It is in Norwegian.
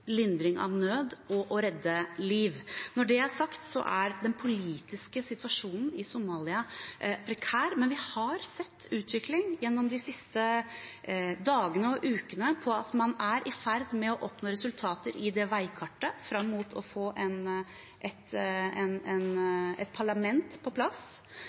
lindring av nød og å redde liv. Når det er sagt, er den politiske situasjonen i Somalia prekær, men vi har sett utvikling gjennom de siste dagene og ukene på at man er i ferd med å oppnå resultater i veikartet fram mot å få et parlament på plass.